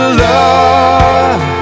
love